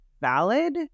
valid